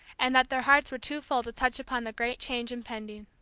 and that their hearts were too full to touch upon the great change impending.